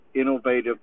innovative